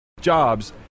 jobs